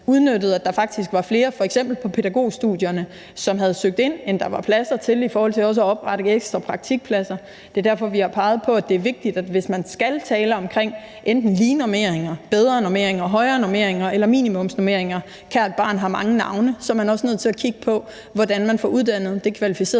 udnyttede, at der faktisk var flere f.eks. på pædagoguddannelsen, som havde søgt ind, end der var pladser til, også i forhold til at oprette ekstra praktikpladser. Det er derfor, vi har peget på, at det er vigtigt, at hvis man skal tale om enten lige normeringer, bedre normeringer, højere normeringer eller minimumsnormeringer – kært barn har mange navne – så er man også nødt til at kigge på, hvordan man får uddannet det kvalificerede